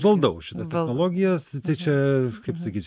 valdau šitas technologijas čia kaip sakyt